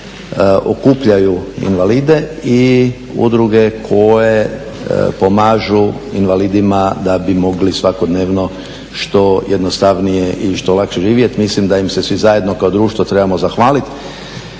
koje okupljaju invalide i udruge koje pomažu invalidima da bi mogli svakodnevno što jednostavnije i što lakše živjet. Mislim da im se svi zajedno kao društvo trebamo zahvaliti,